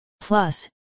Plus